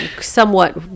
Somewhat